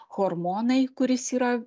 hormonai kuris yra